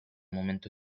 momento